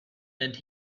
and